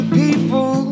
people